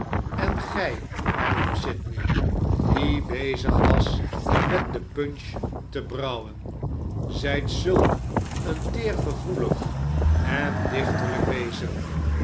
en gjj hernam sydney die dezig was met de punch te brouwen zijt zulk een teergevoelig en dichterlgk wezen